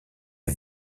est